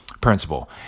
principle